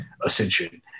ascension